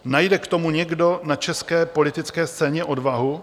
Najde k tomu někdo na české politické scéně odvahu?